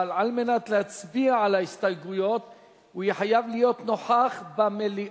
אבל על מנת שיצביעו על ההסתייגויות הוא יהיה חייב להיות נוכח במליאה.